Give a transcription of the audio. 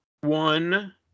one